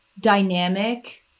dynamic